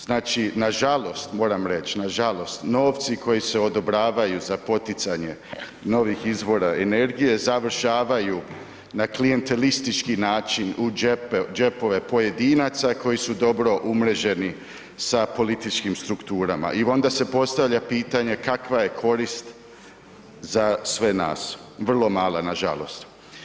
Znači nažalost moram reć, nažalost, novci koji se odobravaju za poticanje novih izvora energije završavaju na klijentelistički način u džepove pojedinaca koji su dobro umreženi sa politički strukturama i onda se postavlja pitanje kakva je korist za sve nas. vrlo mala nažalost.